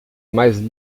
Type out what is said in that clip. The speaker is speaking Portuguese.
mais